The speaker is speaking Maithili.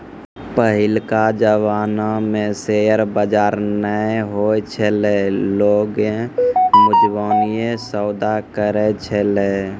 पहिलका जमाना मे शेयर बजार नै होय छलै लोगें मुजबानीये सौदा करै छलै